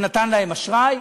שנתן להם אשראי,